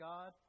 God